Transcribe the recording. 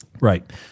Right